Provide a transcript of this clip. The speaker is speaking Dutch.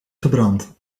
verbrand